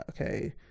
Okay